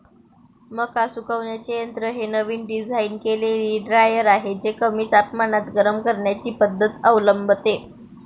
मका सुकवण्याचे यंत्र हे नवीन डिझाइन केलेले ड्रायर आहे जे कमी तापमानात गरम करण्याची पद्धत अवलंबते